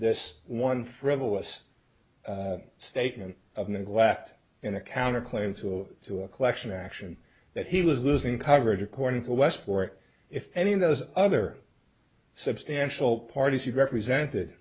this one frivolous statement of neglect in a counter claim to all to a collection action that he was losing coverage according to westport if any of those other substantial parties he represented